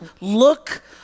look